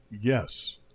Yes